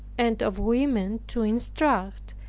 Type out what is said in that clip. and of women to instruct,